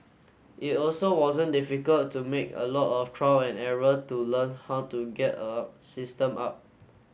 it also wasn't difficult to make a lot of trial and error to learn how to get a system up